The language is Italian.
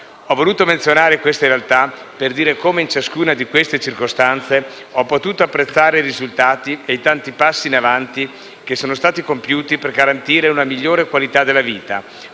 Ho voluto menzionare queste realtà per dire come in ciascuna di queste circostanze ho potuto apprezzare i risultati e i tanti passi in avanti che sono stati compiuti per garantire una migliore qualità della vita,